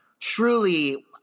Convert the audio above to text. truly